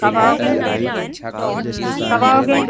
कब आओगे कब आओगे